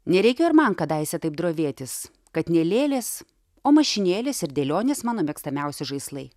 nereikėjo ir man kadaise taip drovėtis kad ne lėlės o mašinėlės ir dėlionės mano mėgstamiausi žaislai